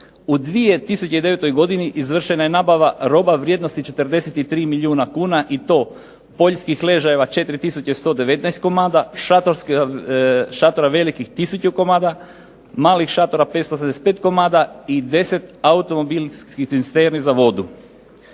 U 2009. godini izvršena je nabava roba vrijednosti 43 milijuna kuna i to poljskih ležajeva 4119 komada, šatora velikih 1000 komada, malih šatora 585 komada i 10 automobilskih cisterni za vodu.